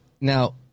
Now